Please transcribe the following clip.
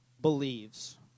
believes